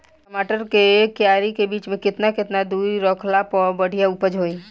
टमाटर के क्यारी के बीच मे केतना केतना दूरी रखला पर बढ़िया उपज होई?